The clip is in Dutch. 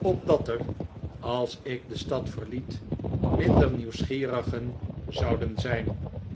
opdat er als ik de stad verliet minder nieuwsgierigen zouden zijn